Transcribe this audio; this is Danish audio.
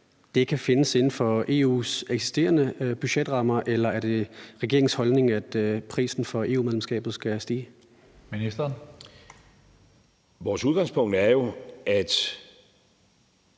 de kan findes inden for EU's eksisterende budgetrammer, eller er det regeringens holdning, at prisen for EU-medlemskabet skal stige? Kl. 20:29 Tredje